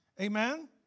Amen